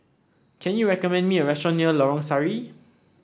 can you recommend me a restaurant near Lorong Sari